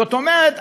זאת אומרת,